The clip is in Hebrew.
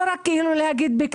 לא רק לומר בכללי.